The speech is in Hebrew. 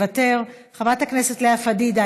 חברת הכנסת לאה פדידה,